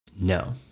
No